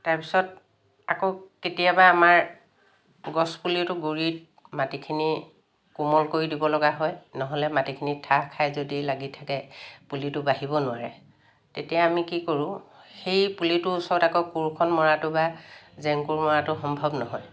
তাৰপিছত আকৌ কেতিয়াবা আমাৰ গছপুলিটো গুড়িত মাটিখিনি কোমল কৰি দিব লগা হয় নহ'লে মাটিখিনি ঠাহ খাই যদি লাগি থাকে পুলিটো বাঢ়িব নোৱাৰে তেতিয়া আমি কি কৰোঁ সেই পুলিটোৰ ওচৰত আকৌ কোৰখন মৰাটো বা জেংকোৰ মৰাটো সম্ভৱ নহয়